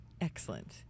Excellent